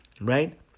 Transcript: right